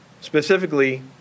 specifically